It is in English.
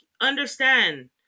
understand